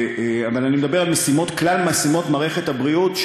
אבל אני מדבר על כלל משימות מערכת הבריאות,